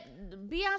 Beyonce